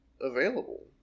available